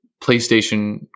PlayStation